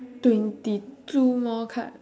twenty two more card